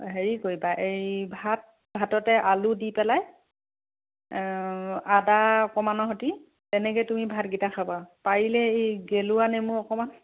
হেৰি কৰিবা এই ভাত ভাততে আলু দি পেলাই আদা অকণমানৰ হেতি তেনেকৈ তুমি ভাতকেইটা খাবা পাৰিলে এই গেলোৱা নেমু অকণমান